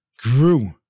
grew